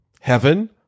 heaven